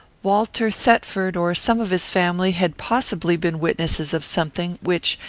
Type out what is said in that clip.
walter thetford, or some of his family, had possibly been witnesses of something, which,